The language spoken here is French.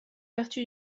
vertu